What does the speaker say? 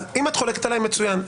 אם את חולקת עליי, מצוין.